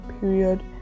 period